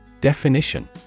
Definition